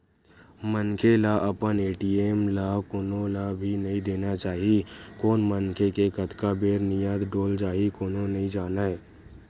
मनखे ल अपन ए.टी.एम ल कोनो ल भी नइ देना चाही कोन मनखे के कतका बेर नियत डोल जाही कोनो नइ जानय